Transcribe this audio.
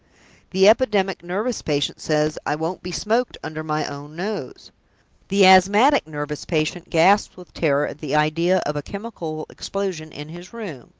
the epidemic nervous patient says, i won't be smoked under my own nose the asthmatic nervous patient gasps with terror at the idea of a chemical explosion in his room.